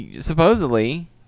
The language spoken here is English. supposedly